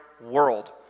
world